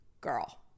Girl